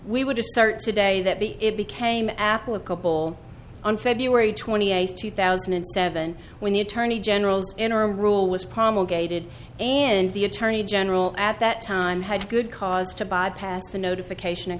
we would just start today that be it became applicable on feb twenty eighth two thousand and seven when the attorney general's interim rule was promulgated and the attorney general at that time had good cause to bypass the notification